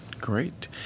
great